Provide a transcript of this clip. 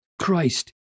Christ